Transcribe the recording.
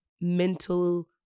mental